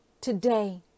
today